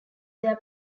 their